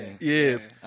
Yes